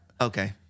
Okay